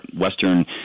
Western